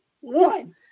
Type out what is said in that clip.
one